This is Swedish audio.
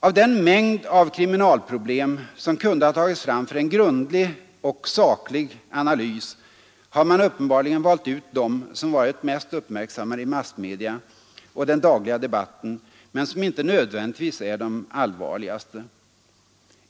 Av den mängd kriminalproblem, som kunde ha tagits fram för en grundlig och saklig analys, har man uppenbarligen valt ut dem som varit mest uppmärksammade i massmedia och den dagliga debatten men som inte nödvändigtvis är de allvarligaste.